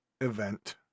event